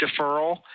deferral